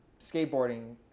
skateboarding